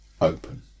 Open